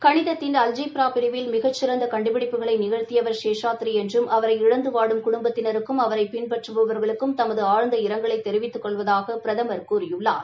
கணிதத்தின் அலஜீப்ரா பிரிவில் மிச்சிறந்த கண்டுபிடிப்புகளை நிகழ்த்தியவர் சேஷாத்ரி என்றும் அவளர இழந்து வாடும் குடும்பத்தினருக்கும் அவளர பின்பற்றுபவர்களுக்கும் தமது ஆழ்ந்த இரங்கலை தெரிவித்துக் கொள்வதாக பிரதமர் கூறியுள்ளார்